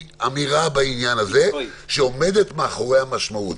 אמירה בעניין הזה שעומדת מאחוריה משמעות.